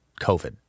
COVID